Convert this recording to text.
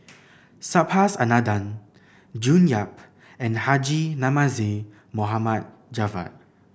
Subhas Anandan June Yap and Haji Namazie Javad